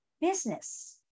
business